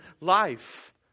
life